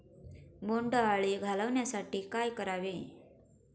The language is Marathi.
बोंडअळी घालवण्यासाठी काय करावे?